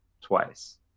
twice